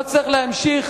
לא צריך להמשיך